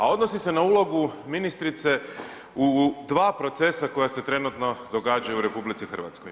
A odnosi se na ulogu ministrice u dva procesa koja se trenutno događaju u RH.